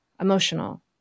emotional